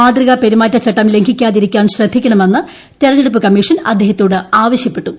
മാത്യക പെരുമാറ്റ ചട്ടം ലംഘിക്കാതിരിക്കാൻ ശ്രദ്ധിക്കണമെന്ന് തെരഞ്ഞെടുപ്പ് കമ്മീഷൻ അദ്ദേഹത്തോട് ആവശ്യപ്പെട്ടു